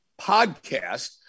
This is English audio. Podcast